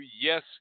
yes